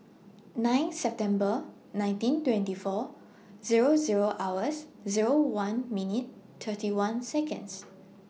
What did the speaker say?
nine September nineteen twenty four Zero Zero hours Zero one minutes thirty one Seconds